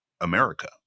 America